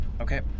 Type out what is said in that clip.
Okay